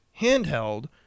handheld